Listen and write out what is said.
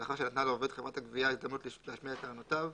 ולאחר שנתנה לעובד חברת הגבייה הזדמנות להשמיע את טענותיו,